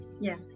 Yes